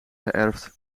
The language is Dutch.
geërfd